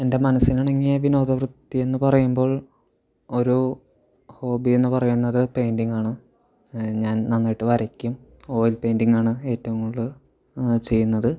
എൻ്റെ മനസ്സിനിണങ്ങിയ വിനോദ വൃത്തിയെന്നു പറയുമ്പോൾ ഒരു ഹോബിയെന്നു പറയുന്നത് പെയിന്റിങ്ങാണ് ഞാൻ നന്നായിട്ട് വരയ്ക്കും ഓയിൽ പെയിന്റിങ്ങാണ് ഏറ്റവും കൂടുതല് ചെയ്യുന്നത്